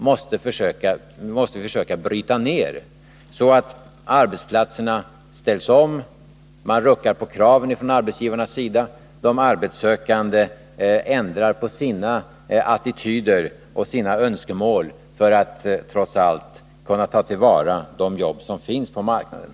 Arbetsplatserna måste ställas om, arbetsgivarna rucka på sina krav och de arbetssökande ändra sina attityder och önskemål, så att vi kan ta till vara de jobb som trots allt finns på marknaden.